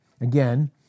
again